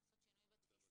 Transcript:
רק צריך לעשות שינוי בתפיסה.